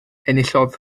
enillodd